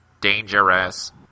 dangerous